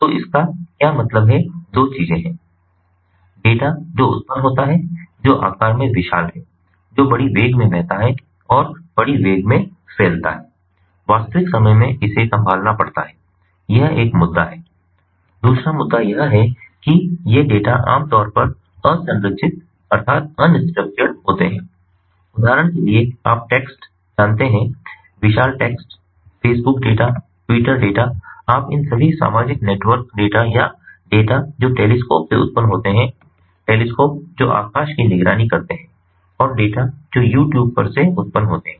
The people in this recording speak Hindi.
तो इसका क्या मतलब है दो चीजें है डेटा जो उत्पन्न होता है जो आकार में विशाल है जो बड़ी वेग में बहता है और बड़ी वेग में फैलता है वास्तविक समय में इसे संभालना पड़ता है यह एक मुद्दा है दूसरा मुद्दा यह है कि ये डेटा आमतौर पर असंरचित होते हैं उदाहरण के लिए आप टेक्स्ट जानते हैं विशाल text Facebook data Twitter data आप इन सभी सामाजिक नेटवर्क डेटा या डेटा जो टेलीस्कोप से उत्पन्न होते हैं टेलीस्कोप जो आकाश की निगरानी करते हैं और डेटा जो यू ट्यूब पर से उत्पन्न होते हैं